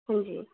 ओ